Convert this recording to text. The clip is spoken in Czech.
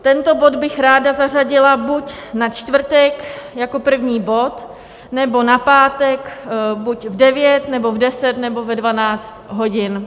Tento bod bych ráda zařadila buď na čtvrtek jako první bod, nebo na pátek buď v 9, nebo v 10, nebo ve 12 hodin.